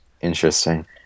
Interesting